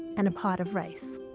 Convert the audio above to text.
and a pot of rice.